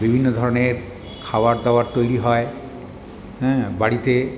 বিভিন্ন ধরনের খাবার দাবার তৈরি হয় হ্যাঁ বাড়িতে